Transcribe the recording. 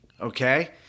okay